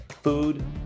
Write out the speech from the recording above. food